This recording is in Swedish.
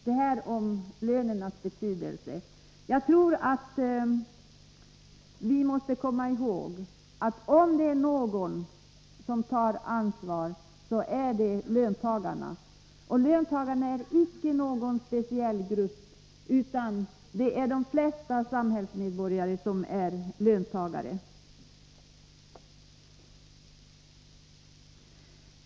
Detta om lönernas betydelse. Jag tror att vi måste komma ihåg att om det är någon som tar ansvar så är det löntagarna. Löntagarna är icke någon speciell grupp, utan de flesta samhällsmedborgare är löntagare.